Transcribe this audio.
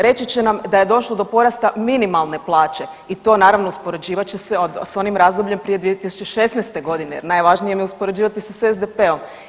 Reći će nam da je došlo do porasta minimalne plaće i to naravno uspoređivat će se s onim razdobljem prije 2016. godine jer najvažnije im je uspoređivati se s SDP-om.